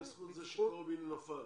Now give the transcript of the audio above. בזכות זה שקורבין נפל.